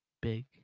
big